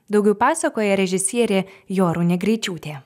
daugiau pasakoja režisierė jorūnė greičiūtė